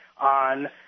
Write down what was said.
on